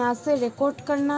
मोक मोर आर.डी निवेश खाता दखा